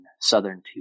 southern